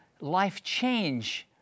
life-change